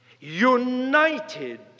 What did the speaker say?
united